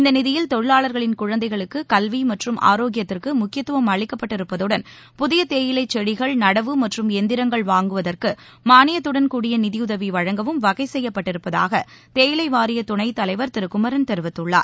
இந்த நிதியில் தொழிலாளர்களின் குழந்தைகள் கல்வி மற்றும் ஆரோக்கியத்திற்கு முக்கியத்துவம் அளிக்கப்பட்டிருப்பதுடன் புதிய தேயிலைச் செடிகள் நடவு மற்றும் இயந்திரங்கள் வாங்குவதற்கு மானியத்துடன் கூடிய நிதியுதவி வழங்கவும் வகை செய்யப்பட்டிருப்பதாக தேயிலை வாரிய துணைத் தலைவர் திரு குமரன் தெரிவித்துள்ளார்